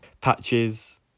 patches